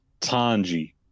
Tanji